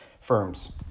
firms